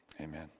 Amen